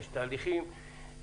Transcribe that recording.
יש תהליכים.